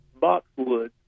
boxwood